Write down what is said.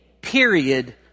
period